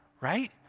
right